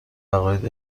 عقاید